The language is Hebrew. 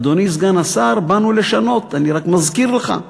אדוני סגן השר "באנו לשנות", אני רק מזכיר לך.